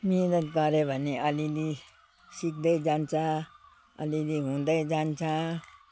मिहिनेत गर्यो भने अलिअलि सिक्दै जान्छ अलिअलि हुँदै जान्छ